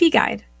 guide